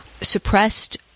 suppressed